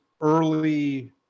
early